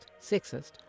sexist